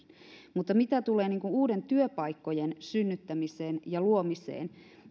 mutta mitä tulee uusien työpaikkojen synnyttämiseen ja luomiseen